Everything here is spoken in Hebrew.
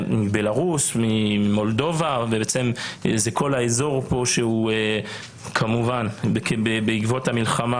בלרוס, מולדובה, כל האזור שבעקבות המלחמה